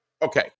Okay